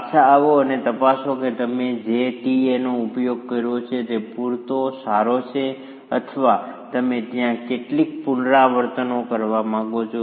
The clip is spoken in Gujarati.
પાછા આવો અને તપાસો કે તમે જે Ta નો ઉપયોગ કર્યો છે તે પૂરતો સારો છે અથવા તમે ત્યાં કેટલીક પુનરાવર્તનો કરવા માંગો છો